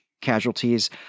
casualties